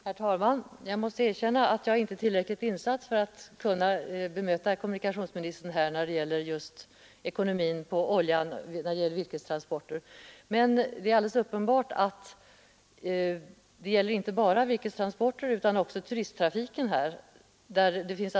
Herr talman! Jag måste erkänna att jag inte är tillräckligt insatt i förhållandena för att kunna bemöta kommunikationsministern när det gäller ekonomin, oljan och virkestransporterna, men frågan gäller också turisttrafiken.